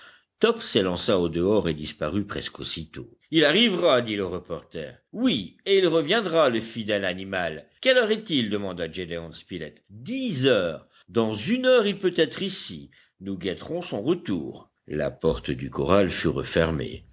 top s'élança au dehors et disparut presque aussitôt il arrivera dit le reporter oui et il reviendra le fidèle animal quelle heure est-il demanda gédéon spilett dix heures dans une heure il peut être ici nous guetterons son retour la porte du corral fut refermée